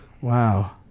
wow